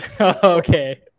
okay